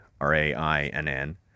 r-a-i-n-n